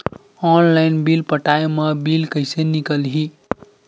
Online bill पटाय मा bill कइसे निकलही?